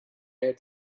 had